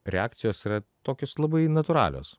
reakcijos yra tokios labai natūralios